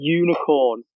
unicorn